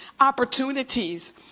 opportunities